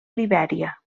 libèria